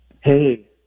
Hey